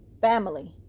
family